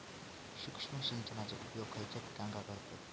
सूक्ष्म सिंचनाचो उपयोग खयच्या पिकांका करतत?